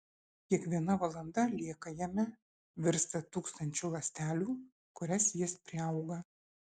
kiekviena valanda lieka jame virsta tūkstančiu ląstelių kurias jis priauga